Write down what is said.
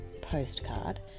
postcard